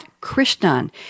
Krishnan